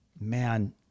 man